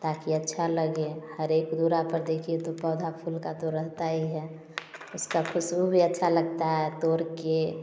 ताकि अच्छा लगे हर एक दूरी पर देखिए तो पौधा फूल का तो रहता ही है उसकी खुशबू भी अच्छा लगता है तोड़ के